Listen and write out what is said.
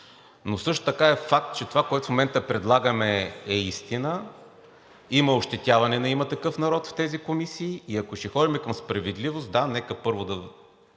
но също така е факт, че това, което в момента предлагаме, е истина. Има ощетяване на „Има такъв народ“ в тези комисии и ако ще ходим към справедливост, да, нека първо да